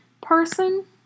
person